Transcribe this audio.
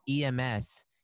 EMS